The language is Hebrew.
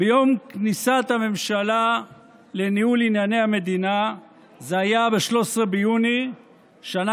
ביום כניסת הממשלה לניהול ענייני המדינה ב-13 ביוני בשנה